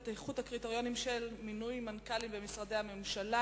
הקריטריונים למינוי מנכ"לים במשרדי הממשלה.